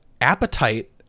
appetite